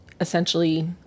essentially